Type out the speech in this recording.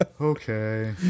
Okay